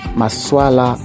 maswala